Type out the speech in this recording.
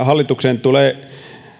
hallituksen tulee